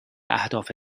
اهداف